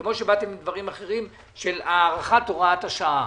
כמו שבאתם עם דברים אחרים של הארכת הוראת השעה.